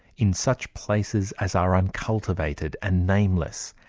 in such places as are uncultivated and nameless,